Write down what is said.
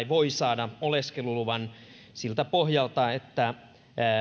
voi saada oleskeluluvan siltä pohjalta että